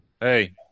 Hey